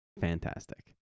fantastic